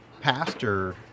pastor